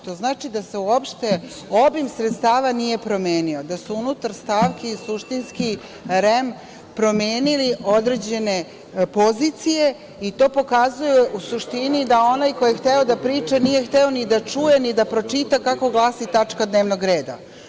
To znači da se uopšte obim sredstava nije promenio, da su unutar stavki i suštinski REM promenili određene pozicije i to pokazuje, u suštini, da onaj ko je hteo da priča nije hteo ni da čuje, ni da pročita kako glasi tačka dnevnog reda.